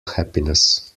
happiness